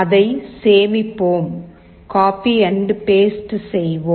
அதை சேமிப்போம் copy and paste செய்வோம்